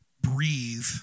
breathe